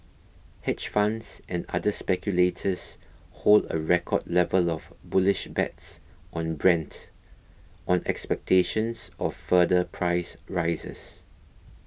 hedge funds and other speculators hold a record level of bullish bets on Brent on expectations of further price rises